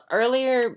earlier